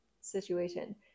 situation